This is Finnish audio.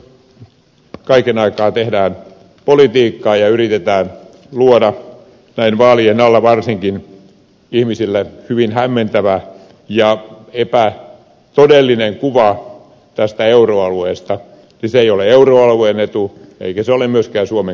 jos kaiken aikaa tehdään politiikkaa ja yritetään luoda varsinkin näin vaalien alla ihmisille hyvin hämmentävä ja epätodellinen kuva tästä euroalueesta niin se ei ole euroalueen etu eikä se ole myöskään suomen kansan etu